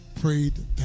prayed